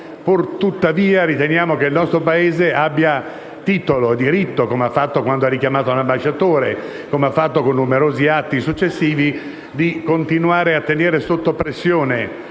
tuttavia riteniamo che il nostro Paese abbia titolo e diritto, come ha fatto quando ha richiamato l'ambasciatore e con numerosi atti successivi, a continuare a tenere sotto pressione